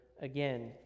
again